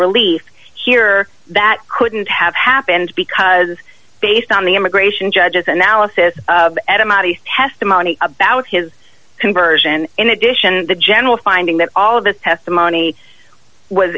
relief here that couldn't have happened because based on the immigration judges analysis of etymologies testimony about his conversion in addition to the general finding that all of the testimony was